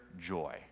joy